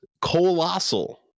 Colossal